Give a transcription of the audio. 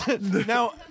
Now